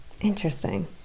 interesting